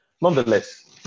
nonetheless